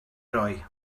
roi